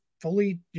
Fully